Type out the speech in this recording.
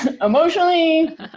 emotionally